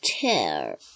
chair